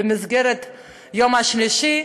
ביום שלישי.